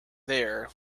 there